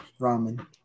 ramen